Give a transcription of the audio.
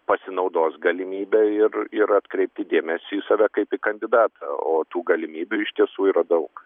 pasinaudos galimybe ir ir atkreipi dėmesį į save kaip į kandidatą o tų galimybių iš tiesų yra daug